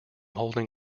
holding